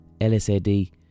LSAD